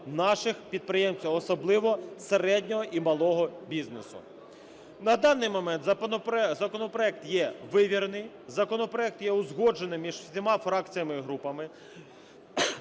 наших підприємців, особливо середнього і малого бізнесу. На даний момент законопроект є вивірений, законопроект є узгоджений між всіма фракціями і групами.